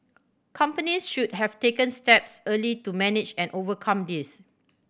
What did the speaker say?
companies should have taken steps early to manage and overcome this